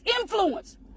influence